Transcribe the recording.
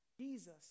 Jesus